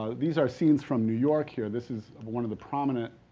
ah these are scenes from new york here. this is one of the prominent